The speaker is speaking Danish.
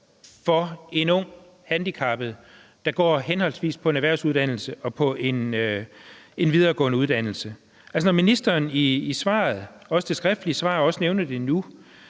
en ung handicappet, der går henholdsvis på en erhvervsuddannelse og på en videregående uddannelse. Ministeren siger i svaret, også det skriftlige svar, og nævner det